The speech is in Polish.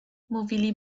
mówili